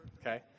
okay